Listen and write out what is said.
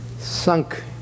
sunk